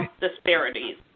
disparities